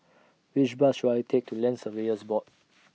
Which Bus should I Take to Land Surveyors Board